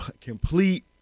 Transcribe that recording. complete